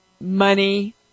money